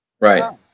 Right